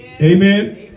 Amen